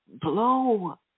blow